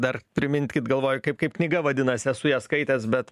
dar primintkit galvoju kaip kaip knyga vadinasi esu ją skaitęs bet